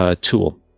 tool